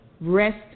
rest